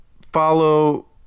follow